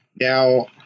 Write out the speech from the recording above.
Now